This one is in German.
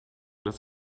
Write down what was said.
des